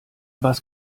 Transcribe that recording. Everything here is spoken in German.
was